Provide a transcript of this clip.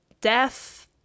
death